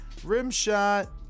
Rimshot